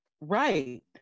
Right